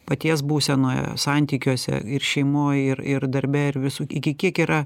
paties būsenoje santykiuose ir šeimoj ir ir darbe ir visų iki kiek yra